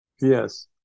yes